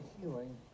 healing